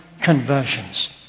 Conversions